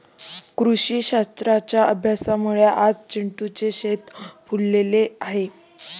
कृषीशास्त्राच्या अभ्यासामुळे आज चिंटूचे शेत फुलले आहे